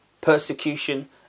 persecution